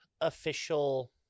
official